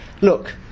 ...look